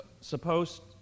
supposed